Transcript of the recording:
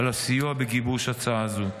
על בסיוע בגיבוש הצעה זו.